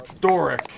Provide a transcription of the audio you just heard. Doric